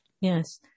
yes